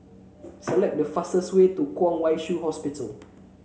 select the fastest way to Kwong Wai Shiu Hospital